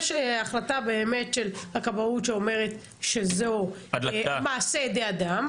יש החלטה באמת של הכבאות שאומרת שזה מעשה ידי אדם,